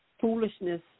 foolishness